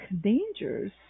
dangers